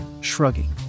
shrugging